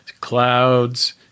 clouds